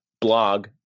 blog